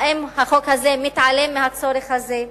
האם החוק הזה מתעלם מהצורך הזה?